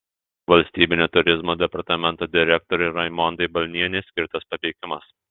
valstybinio turizmo departamento direktorei raimondai balnienei skirtas papeikimas